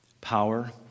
power